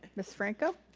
ms. franco.